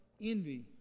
envy